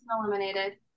eliminated